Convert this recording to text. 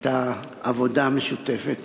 את העבודה המשותפת,